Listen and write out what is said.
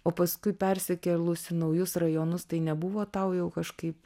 o paskui persikėlus į naujus rajonus tai nebuvo tau jau kažkaip